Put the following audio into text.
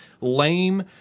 lame